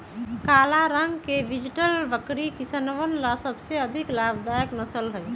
काला रंग के बीटल बकरी किसनवन ला सबसे अधिक लाभदायक नस्ल हई